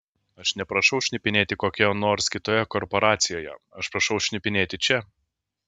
aš neprašau šnipinėti kokioje nors kitoje korporacijoje aš prašau šnipinėti čia